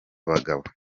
abagabo